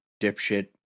dipshit